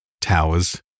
towers